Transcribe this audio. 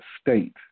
state